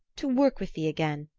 to work with thee again!